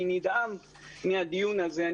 אני נדהם מהדיון הזה.